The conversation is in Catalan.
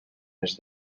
res